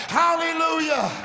hallelujah